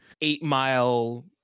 eight-mile